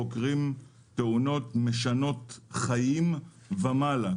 חוקרים תאונות משנות חיים ומעלה.